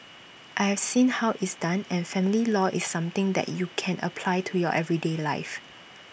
I have seen how it's done and family law is something that you can apply to your everyday life